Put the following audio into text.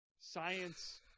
science